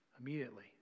immediately